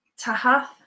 Tahath